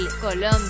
Colombia